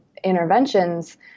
Interventions